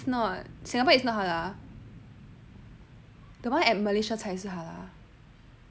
it's not singapore is not halal the one at malaysia 才是 halal